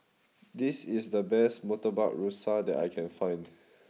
this is the best Murtabak Rusa that I can find